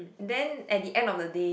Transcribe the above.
then at the end of the day